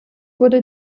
wurde